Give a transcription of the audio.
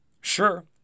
Sure